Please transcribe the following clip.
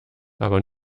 aber